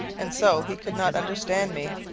and so he could not understand me.